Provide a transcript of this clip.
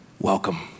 welcome